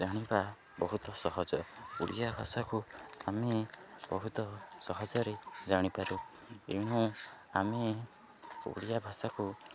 ଜାଣିବା ବହୁତ ସହଜ ଓଡ଼ିଆ ଭାଷାକୁ ଆମେ ବହୁତ ସହଜରେ ଜାଣିପାରୁ ଏଣୁ ଆମେ ଓଡ଼ିଆ ଭାଷାକୁ